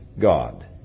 God